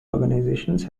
organizations